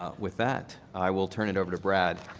ah with that, i will turn it over to brad.